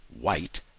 white